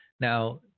Now